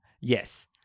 yes